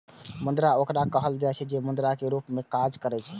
मुद्रा ओकरा कहल जाइ छै, जे मुद्रा के रूप मे काज करै छै